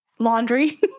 laundry